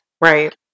Right